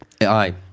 Aye